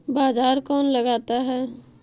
बाजार कौन लगाता है?